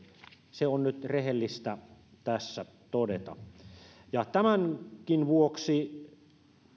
se on nyt rehellistä tässä todeta tämänkin vuoksi